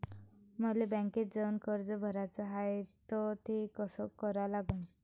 मले बँकेत जाऊन कर्ज भराच हाय त ते कस करा लागन?